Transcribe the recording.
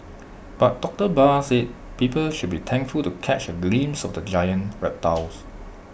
but doctor Barr said people should be thankful to catch A glimpse of the giant reptiles